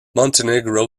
montenegro